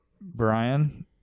Brian